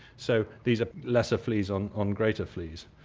so these are lesser fleas on on greater fleas.